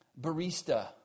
barista